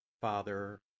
Father